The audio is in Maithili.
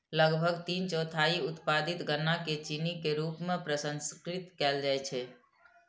लगभग तीन चौथाई उत्पादित गन्ना कें चीनी के रूप मे प्रसंस्कृत कैल जाइ छै